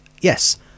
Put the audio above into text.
yes